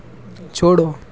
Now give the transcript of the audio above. छोड़ो